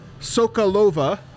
Sokolova